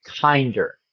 kinder